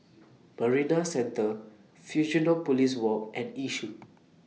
Marina Centre Fusionopolis Walk and Yishun